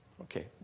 Okay